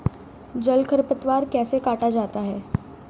जल खरपतवार कैसे काटा जाता है?